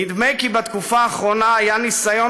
נדמה כי בתקופה האחרונה היה ניסיון